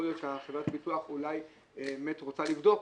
יכול להיות שחברת הביטוח באמת רוצה לבדוק,